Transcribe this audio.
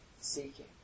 seeking